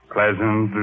Pleasant